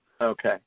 Okay